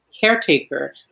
caretaker